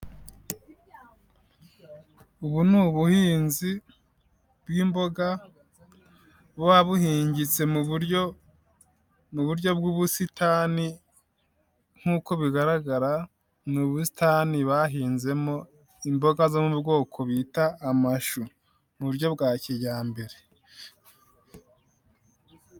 Ubu ni ubuhinzi bw'imboga buba buhingitse mu buryo, mu buryo bw'ubusitani, nk'uko bigaragara ni ubusitani bahinzemo imboga zo mu bwoko bita amashu, mu buryo bwa kijyambere.